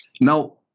Now